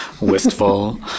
Wistful